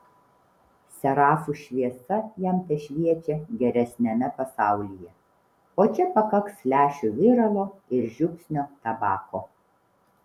serafų šviesa jam tešviečia geresniame pasaulyje o čia pakaks lęšių viralo ir žiupsnio tabako